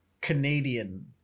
Canadian